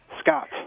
Scott